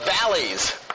valleys